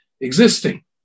existing